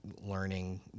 learning